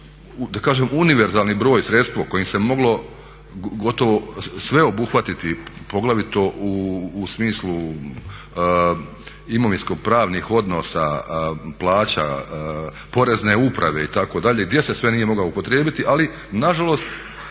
da kažem univerzalni broj, sredstvo kojim se moglo gotovo sve obuhvatiti, poglavito u smislu imovinsko-pravnih odnosa, plaća, Porezne uprave itd., gdje se sve nije mogao upotrijebiti, ali nažalost